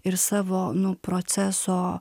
ir savo nu proceso